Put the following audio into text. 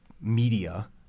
media